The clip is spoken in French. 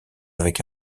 avec